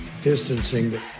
distancing